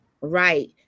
Right